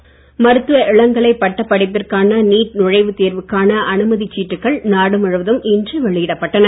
NEET மருத்துவ இளங்கலை பட்டப்படிப்பிற்கான நீட் நுழைவுத் தேர்வுக்கனா அனுமதிச் சீட்டுக்கள் நாடு முழுவதும் இன்று வெளியிடப்பட்டன